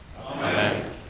Amen